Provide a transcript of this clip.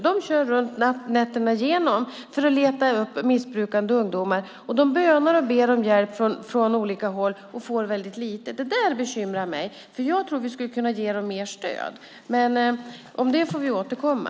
De kör runt nätterna igenom för att leta upp missbrukande ungdomar. De bönar och ber om hjälp från olika håll och får väldigt lite. Det bekymrar mig, för jag tror att vi skulle kunna ge dem mer stöd. Men om det får vi återkomma.